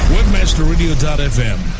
Webmasterradio.fm